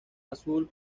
azul